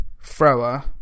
thrower